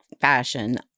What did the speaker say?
fashion